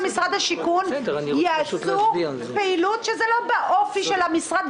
משרד השיכון יעשו פעילות שהיא לא באופי של המשרד?